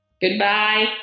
Goodbye